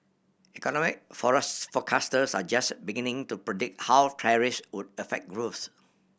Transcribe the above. economic forecasters are just beginning to predict how tariffs would affect growth